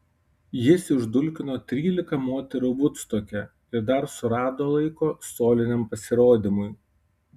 jis išdulkino trylika moterų vudstoke ir dar surado laiko soliniam pasirodymui